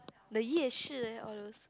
the 夜市: ye shi leh all those